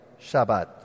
Shabbat